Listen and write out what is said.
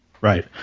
Right